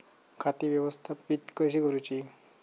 खाती व्यवस्थापित कशी करूची?